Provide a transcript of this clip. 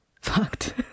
fucked